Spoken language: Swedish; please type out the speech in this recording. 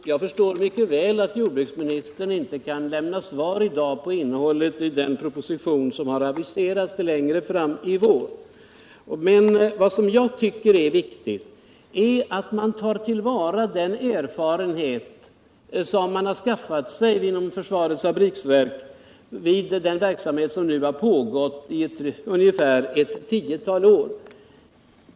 Herr talman! Jag förstår mycket väl att jordbruksministern inte kan lämna något svar i dag om innehållet i den proposition som aviserats till längre fram i vår. Men jag tycker det är viktigt att ta till vara den erfarenhet som man skaffat sig inom försvarets fabriksverk vid den verksamhet som nu pågått i ett tiotal år.